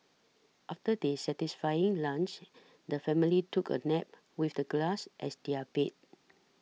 after their satisfying lunch the family took a nap with the grass as their bed